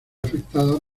afectada